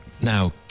now